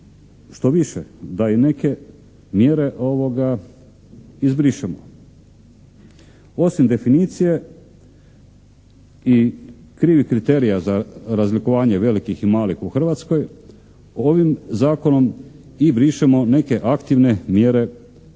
štoviše da i neke mjere izbrišemo. Osim definicije i krivih kriterija za razlikovanje velikih i malih u Hrvatskoj, ovim Zakonom i brišemo neke aktivne mjere